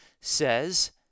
says